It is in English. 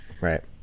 Right